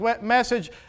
message